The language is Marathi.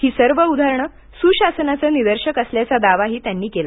ही सर्व उदाहरणं सुशासानाचे निदर्शक असल्याचा दावाही त्यांनी केला